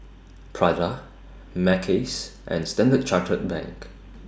Prada Mackays and Standard Chartered Bank